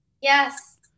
Yes